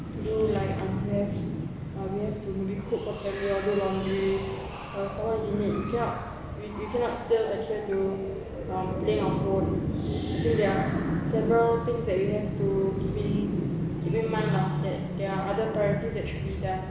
to do like um we have uh we have to maybe cook for the family or do laundry um some more if you need help you cannot still adhere to um playing our phone okay there are several things that we have to keep in keep in mind lah that there are other priorities that should be done